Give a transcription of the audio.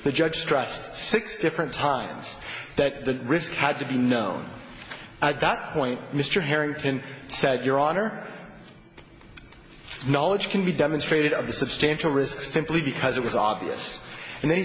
the judge stressed six different times that the risk had to be known at that point mr harrington said your honor knowledge can be demonstrated of the substantial risk simply because it was obvious and they